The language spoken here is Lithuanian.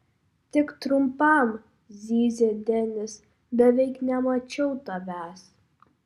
tik trumpam zyzia denis beveik nemačiau tavęs